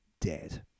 dead